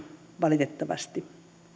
valitettavasti